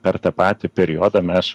per tą patį periodą mes